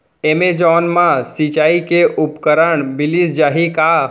Amazon मा सिंचाई के उपकरण मिलिस जाही का?